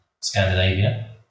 Scandinavia